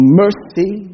mercy